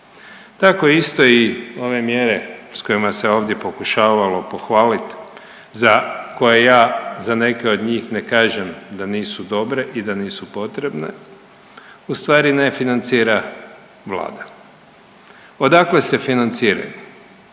Tako isto i ove mjere s kojima se ovdje pokušavalo pohvalit za koje ja za neke od njih ne kažem da nisu dobre i da nisu potrebne, ustvari ne financira vlada. Odakle se financiraju?